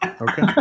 Okay